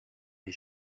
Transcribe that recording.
les